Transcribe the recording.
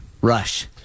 Rush